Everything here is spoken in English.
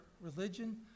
religion